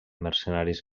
mercenaris